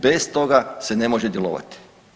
Bez toga se ne može djelovati.